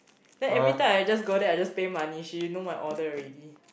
then every time I just go there I just pay money she know my order already